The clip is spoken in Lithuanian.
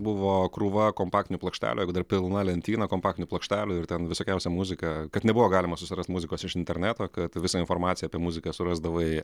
buvo krūva kompaktinių plokštelių jeigu dar pilna lentyna kompaktinių plokštelių ir ten visokiausia muzika kad nebuvo galima susirast muzikos iš interneto kad visą informaciją apie muziką surasdavai